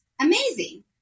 amazing